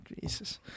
Jesus